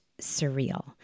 surreal